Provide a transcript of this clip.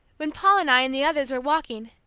when paul and i and the others were walking,